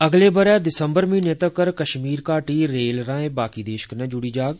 अगले ब'रे दिसम्बर म्हीने तक्कर कश्मीर घाटी रेल राएं बाकी देश कन्नै जुड़ी जाग